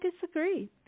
disagree